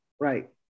Right